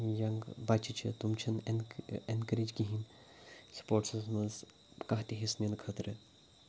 young بَچہِ چھِ تٕم چھِنہٕ اٮ۪ن اٮ۪نکَریج کِہیٖنۍ سپوٹسَس منٛز کانٛہہ تہِ حِصہٕ نِنہٕ خٲطرٕ